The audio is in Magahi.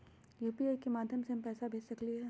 यू.पी.आई के माध्यम से हम पैसा भेज सकलियै ह?